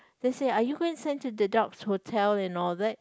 then say are you going to send to the hotel and all that